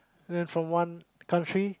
then from one country